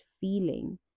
feeling